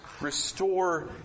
restore